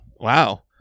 Wow